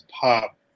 pop